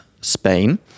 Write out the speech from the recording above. Spain